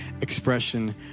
expression